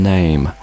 Name